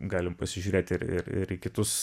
galim pasižiūrėti ir ir į kitus